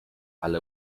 ale